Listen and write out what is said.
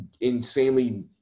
insanely